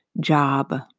job